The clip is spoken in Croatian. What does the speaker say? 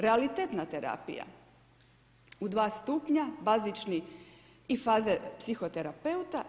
Realitetna terapija u dva stupnja, bazični i faze psihoterapeuta.